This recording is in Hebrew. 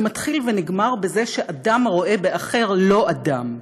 זה מתחיל ונגמר בזה שאדם רואה באחר לא אדם,